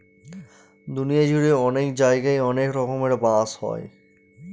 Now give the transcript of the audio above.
দুনিয়া জুড়ে অনেক জায়গায় অনেক রকমের বাঁশ হয়